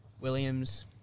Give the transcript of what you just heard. Williams